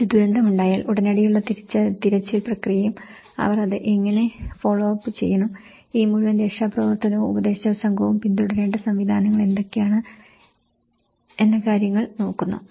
ഒരു ദുരന്തമുണ്ടായാൽ ഉടനടിയുള്ള തിരച്ചിൽ പ്രക്രിയയും അവർ അത് എങ്ങനെ ഫോളോ അപ്പ് ചെയ്യണം ഈ മുഴുവൻ രക്ഷാപ്രവർത്തനവും ഉപദേശക സംഘവും പിന്തുടരേണ്ട സംവിധാനങ്ങൾ എന്തൊക്കെയാണ് എന്നെ കാര്യങ്ങൾ നോക്കുന്നു